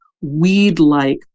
weed-like